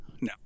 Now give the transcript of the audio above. No